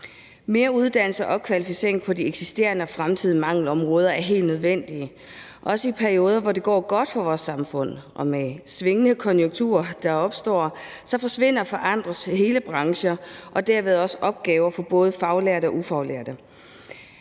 Mere uddannelse og opkvalificering på de eksisterende og fremtidige mangelområder er helt nødvendigt, også i perioder, hvor det går godt for vores samfund. Og med svingende konjunkturer, der opstår, forsvinder og forandres hele brancher og derved også opgaver for både faglærte og ufaglærte.